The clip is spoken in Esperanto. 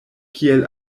kiel